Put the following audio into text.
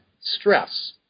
stress